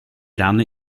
rany